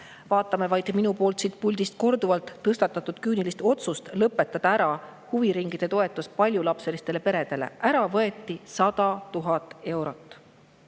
Vaatame kas või minu poolt siit puldist korduvalt tõstatatud küünilist otsust lõpetada ära huviringide toetus paljulapselistele peredele. Ära võeti 100 000 eurot.